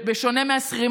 בשונה מהשכירים.